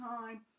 time